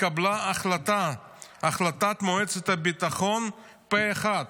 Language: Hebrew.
התקבלה החלטת מועצת הביטחון פה אחד,